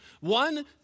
one